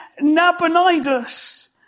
Nabonidus